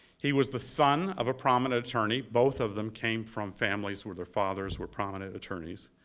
he was the son of a prominent attorney, both of them came from families where their fathers were prominent attorneys.